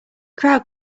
crowd